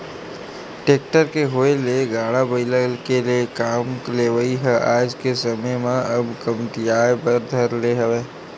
tractor के होय ले गाड़ा बइला ले काम लेवई ह आज के समे म अब कमतियाये बर धर ले हवय